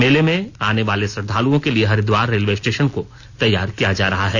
मेले में आने वाले श्रद्वालुओं के लिए हरिद्वार रेलवे स्टेशन को तैयार किया जा रहा है